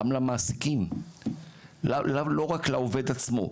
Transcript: גם למעסיקים, לא רק לעובד עצמו.